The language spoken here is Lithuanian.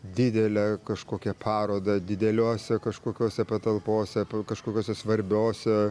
didelę kažkokią parodą dideliuose kažkokiose patalpose kažkokiose svarbiose